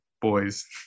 boys